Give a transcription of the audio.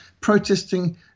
protesting